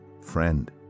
Friend